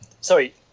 sorry